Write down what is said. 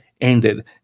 ended